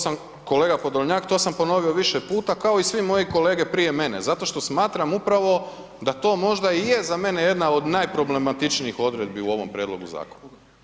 Kolega Podolnjak to sam ponovio više puta kao i svi moji kolege prije mene zato što smatram to upravo da to možda i je za mene jedna od najproblematičnijih odredbi u ovom prijedlogu zakona.